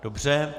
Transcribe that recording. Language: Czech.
Dobře.